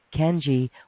Kenji